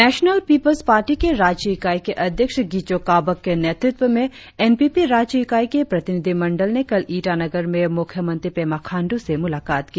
national People's Party के राज्य इकाई के अध्यक्ष गिचो काबक के नेतृत्व में एन पी पी राज्य इकाई के प्रतिनिधिमंडल ने कल ईटानगर में मुख्यमंत्री पेमा खाण्डू से मुलाकात की